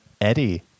Eddie